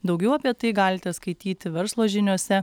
daugiau apie tai galite skaityti verslo žiniose